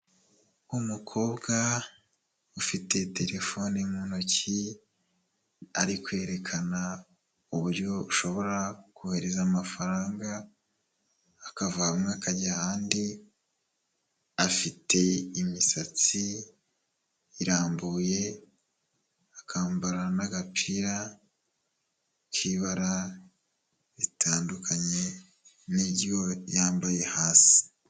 Umukobwa ufite telefoni mu ntoki, arikwerekana uburyo ushobora kohereza amafaranga, akava hamwe akajya ahandi, afite imisatsi irambuye, akambara n'agapira k'ibara ritandukanye n'iryo yambaye hasi.